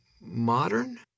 modern